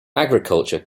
agriculture